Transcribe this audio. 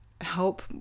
help